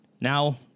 now